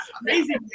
amazing